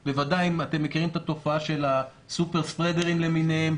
אתם בוודאי מכירים את התופעה של הסופר-ספרדרים למיניהם,